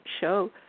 show